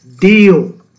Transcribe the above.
deal